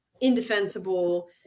indefensible